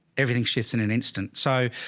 everything shifts in an instant. so,